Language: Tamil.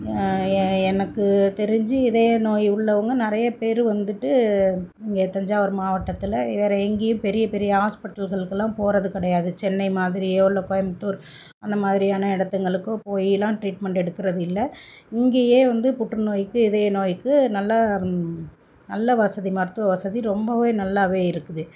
ஏ எனக்கு தெரிஞ்சு இதய நோய் உள்ளவங்க நிறைய பேர் வந்துவிட்டு இங்கே தஞ்சாவூர் மாவட்டத்தில் வேறு எங்கேயும் பெரிய பெரிய ஆஸ்பிட்டல்களுக்கெல்லாம் போகிறது கிடயாது சென்னை மாதிரியோ இல்லை கோயம்புத்தூர் அந்த மாதிரியான இடத்துங்களுக்கோ போய்லாம் ட்ரீட்மெண்ட் எடுக்கிறது இல்லை இங்கேயே வந்து புற்றுநோய்க்கு இதயநோய்க்கு நல்ல நல்ல வசதி மருத்துவ வசதி ரொம்ப நல்லா இருக்குது